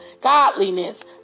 godliness